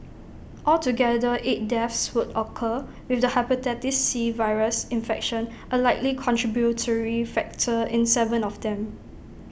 altogether eight deaths would occur with the Hepatitis C virus infection A likely contributory factor in Seven of them